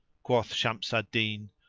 quoth shams al-din,